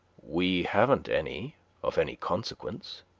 we haven't any of any consequence.